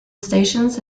stations